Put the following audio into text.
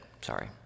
sorry